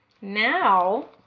now